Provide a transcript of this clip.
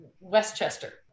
Westchester